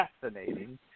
fascinating